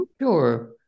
sure